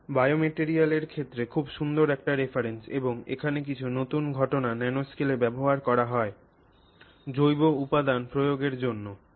এটি বায়োমেটিরিয়ালের ক্ষেত্রে খুব সুন্দর একটি রেফারেন্স এবং এখানে কিছু নতুন ঘটনা ন্যানোস্কেলে ব্যবহার করা হয় জৈব উপাদান প্রয়োগের জন্য